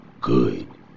good